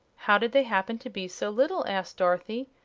how did they happen to be so little? asked dorothy.